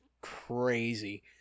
crazy